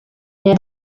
near